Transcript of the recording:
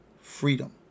freedom